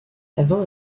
avant